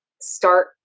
start